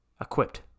equipped